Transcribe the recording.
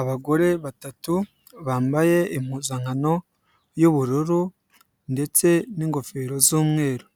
Abagore batatu bambaye impuzankano y'ubururu ndetse n'ingofero z'umweru,